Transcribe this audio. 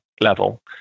level